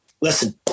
listen